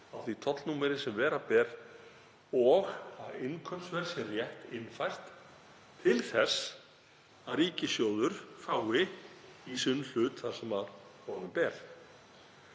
á því tollnúmeri sem vera ber og innkaupsverð sé rétt innfært til þess að ríkissjóður fái í sinn hlut það sem honum ber.